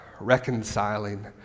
reconciling